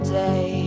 day